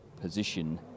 position